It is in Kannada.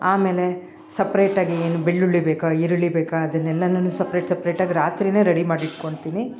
ಆಮೇಲೆ ಸಪ್ರೇಟಾಗಿ ಏನು ಬೆಳ್ಳುಳ್ಳಿ ಬೇಕಾ ಈರುಳ್ಳಿ ಬೇಕಾ ಅದನ್ನೆಲ್ಲಾ ನಾನು ಸಪ್ರೇಟ್ ಸಪ್ರೇಟಾಗಿ ರಾತ್ರಿನೇ ರೆಡಿ ಮಾಡಿಟ್ಕೊಂತೀನಿ